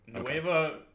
nueva